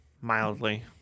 mildly